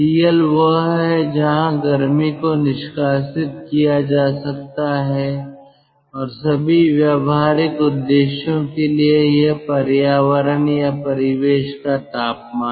TL वह है जहां गर्मी को निष्कासित किया जा सकता है और सभी व्यावहारिक उद्देश्यों के लिए यह पर्यावरण या परिवेश का तापमान है